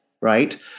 right